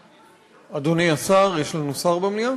אדוני השר, יש לנו שר במליאה?